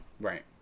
Right